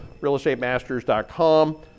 realestatemasters.com